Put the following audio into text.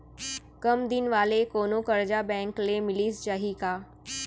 कम दिन वाले कोनो करजा बैंक ले मिलिस जाही का?